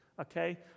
Okay